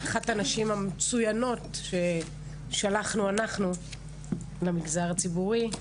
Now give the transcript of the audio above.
אחת הנשים המצוינות ששלחנו אנחנו למגזר הציבורי,